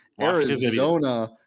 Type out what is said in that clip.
Arizona